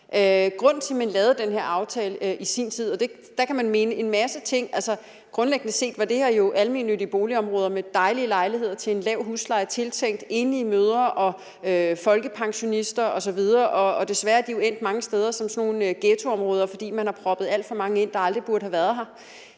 meget. Da man lavede den her aftale i sin tid – og der kan man mene en masse ting – var det jo grundlæggende set almennyttige boligområder med dejlige lejligheder til en lav husleje tiltænkt enlige mødre og folkepensionister osv. Og desværre er de jo mange steder endt som sådan nogle ghettoområder, fordi man har proppet alt for mange ind, der aldrig burde have været her.